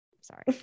sorry